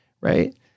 right